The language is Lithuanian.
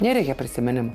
nereikia prisiminimų